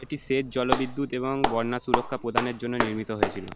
এটি সেচ জলবিদ্যুৎ এবং বন্যা সুরক্ষা প্রদানের জন্য নির্মিত হয়েছিল